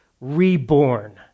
reborn